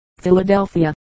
Philadelphia